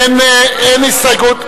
אין הסתייגויות.